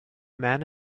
man